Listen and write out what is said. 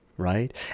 right